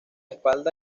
espalda